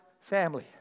family